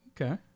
Okay